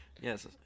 Yes